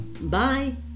bye